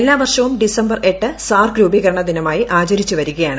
എല്ലാ വർഷവും ഡിസംബർ ് എട്ട് സാർക്ക് രൂപീകരണ ദിനമായി ആചരിച്ചു വരികയാണ്